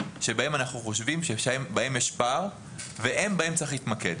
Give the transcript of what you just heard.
בהם אנחנו חושבים שיש פער ובהם צריך להתמקד.